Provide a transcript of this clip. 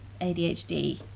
ADHD